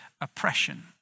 oppression